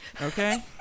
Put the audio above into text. Okay